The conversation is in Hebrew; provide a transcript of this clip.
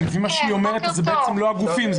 לפי מה שהיא אומרת זה בעצם לא הגופים,